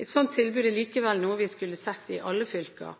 Et slikt tilbud er likevel noe vi skulle sett i alle fylker.